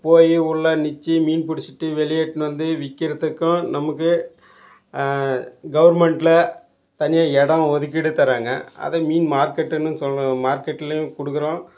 போய் உள்ளே நிச்சி மீன் பிடிச்சுட்டு வெளியே எடுத்துன்னு வந்து விக்கிறத்துக்கும் நமக்கு கவர்மெண்ட்டில் தனியாக இடோம் ஒதுக்கீடு தர்றாங்க அதை மீன் மார்க்கெட்டுன்னு சொல்லி மார்க்கெட்லேயும் கொடுக்கறோம்